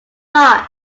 march